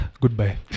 Goodbye